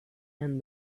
and